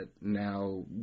now